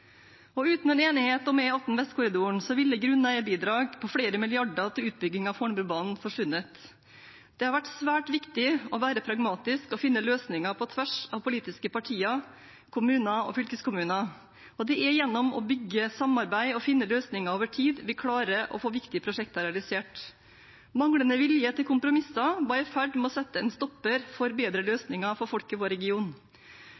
Og uten en enighet om E18 Vestkorridoren ville grunneierbidrag på flere milliarder til utbygging av Fornebubanen forsvunnet. Det har vært svært viktig å være pragmatisk og finne løsninger på tvers av politiske partier, kommuner og fylkeskommuner, og det er gjennom å bygge samarbeid og finne løsninger over tid at vi klarer å få viktige prosjekter realisert. Manglende vilje til kompromisser var i ferd med å sette en stopper for bedre